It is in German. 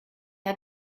hat